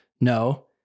no